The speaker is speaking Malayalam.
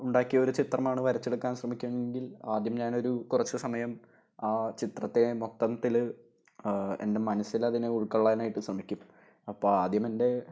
ഉണ്ടാക്കിയൊരു ചിത്രമാണ് വരച്ചെടുക്കാൻ ശ്രമിക്കുന്നതെങ്കിൽ ആദ്യം ഞാനൊരു കുറച്ചു സമയം ചിത്രത്തെ മൊത്തത്തില് എൻ്റെ മനസ്സിലതിനെ ഉൾക്കൊള്ളാനായിട്ട് ശ്രമിക്കും അപ്പോള് ആദ്യമെൻ്റെ